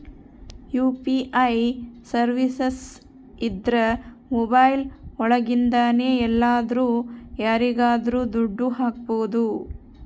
UPI services ಇದ್ರ mobile ಒಳಗಿಂದನೆ ಎಲ್ಲಾದ್ರೂ ಯಾರಿಗಾದ್ರೂ ದುಡ್ಡು ಹಕ್ಬೋದು